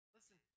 Listen